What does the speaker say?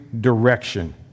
direction